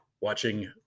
watching